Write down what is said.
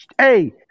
hey